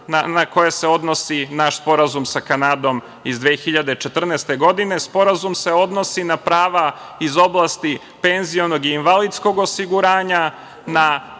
na koje se odnosi naš sporazum sa Kanadom iz 2014. godine. Sporazum se odnosi na prava iz oblasti penzijskog i invalidskog osiguranja,